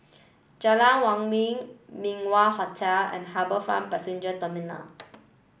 Jalan Min Wah Hotel and HarbourFront Passenger Terminal